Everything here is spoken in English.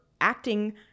acting